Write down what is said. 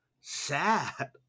sad